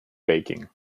baking